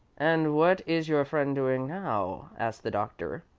and what is your friend doing now? asked the doctor.